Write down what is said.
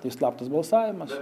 tai slaptas balsavimas